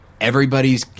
everybody's